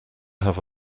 have